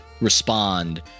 respond